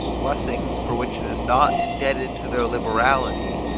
blessings for which it is not indebted to their liberality,